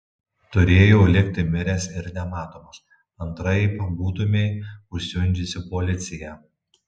turėjau likti miręs ir nematomas antraip būtumei užsiundžiusi policiją